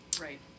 Right